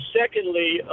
Secondly